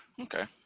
Okay